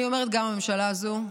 אני אומרת גם הממשלה הזו.